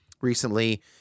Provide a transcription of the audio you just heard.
recently